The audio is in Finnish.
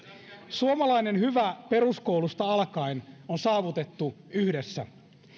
suomalainen hyvä peruskoulusta alkaen on saavutettu yhdessä